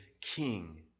king